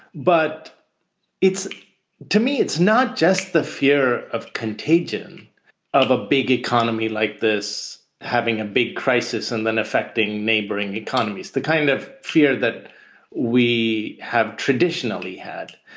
but it's to me, it's not just the fear of contagion of a big economy like this, having a big crisis and then affecting neighboring economies. the kind of fear that we have traditionally had,